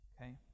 Okay